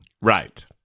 Right